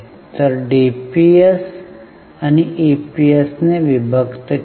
तर डीपीएस ईपीएसने विभक्त केले